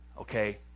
Okay